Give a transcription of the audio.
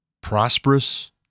prosperous